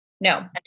No